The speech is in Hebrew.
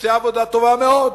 עושה עבודה טובה מאוד.